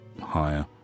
higher